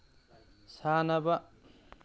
ꯁꯥꯟꯅꯕ